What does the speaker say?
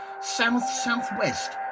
south-southwest